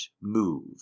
move